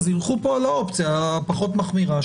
אז יילכו פה על האופציה הפחות מחמירה,